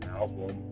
album